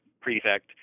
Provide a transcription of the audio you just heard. prefect